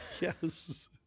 yes